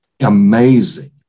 amazing